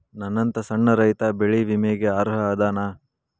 ನನ್ನಂತ ಸಣ್ಣ ರೈತಾ ಬೆಳಿ ವಿಮೆಗೆ ಅರ್ಹ ಅದನಾ?